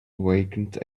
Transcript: awakened